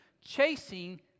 chasing